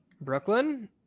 Brooklyn